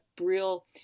real